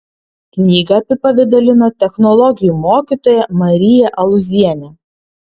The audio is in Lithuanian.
knygą apipavidalino technologijų mokytoja marija alūzienė